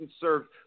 served